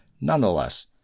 nonetheless